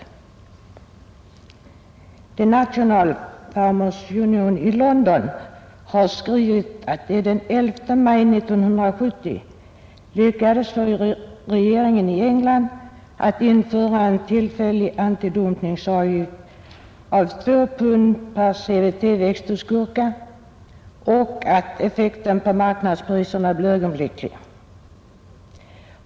The National Farmers” Union i London har skrivit att man den 11 maj 1970 lyckades få regeringen i England att införa en tillfällig antidumpingavgift av 2 pund sterling per cwt på växthusgurka och att effekten på marknadspriserna blev ögonblicklig.